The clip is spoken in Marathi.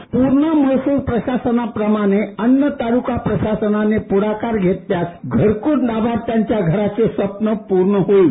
पूर्णा महसूल प्रशासनाप्रमाणे अन्य तालुका प्रशासनाने पुढाकार घेतल्यास घरकूल लाभार्थ्यांच्या घराचे स्वप्न पूर्ण होईल